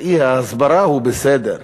ראי ההסברה הוא בסדר,